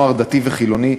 נוער דתי וחילוני,